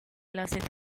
belfast